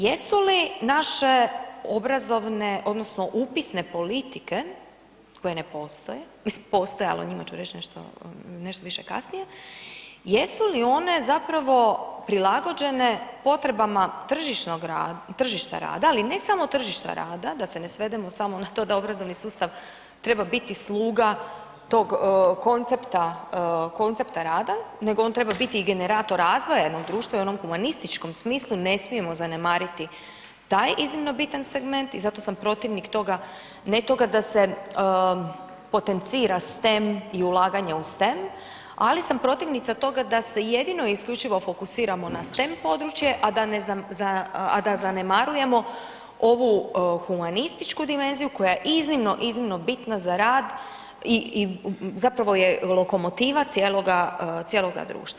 Jesu li naše obrazovne odnosno upisne politike koje ne postoje, mislim postoje al' o njima ću reći nešto više kasnije, jesu li one zapravo prilagođene potrebama tržišta rada, ali ne samo tržišta rada da se ne svedemo samo na to da obrazovni sustav treba biti sluga tog koncepta, koncepta rada, nego on treba biti i generator razvoja jednog društva, i u onom humanističkom smislu ne smijemo zanemariti taj iznimno bitan segment, i zato sam protivnik toga, ne toga da se potencira STEM i ulaganje u STEM, ali sam protivnica toga da se jedino i isključivo fokusiramo na STEM područje, a da zanemarujemo ovu humanističku dimenziju koja je iznimno, iznimno bitna za rad i zapravo je lokomotiva cijeloga, cijeloga društva.